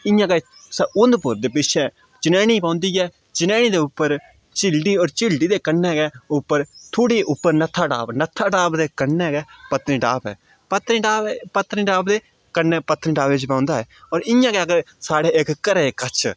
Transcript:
इ'यां गै उधमपुर दे पिच्छें चनैह्नी पौंदी ऐ चनैह्नी दे उप्पर चिलड़ी होर चिलड़ी दे कन्नै गै उप्पर थोह्ड़ी उप्पर नत्थाटॉप नत्थाटॉप दे कन्नै गै पत्नीटॉप ऐ पत्नीटॉप ऐ पत्नीटॉप दे कन्नै पत्नीटॉप च पौंदा ऐ होर इ'यां गै अगर साढ़ा इक घरै कश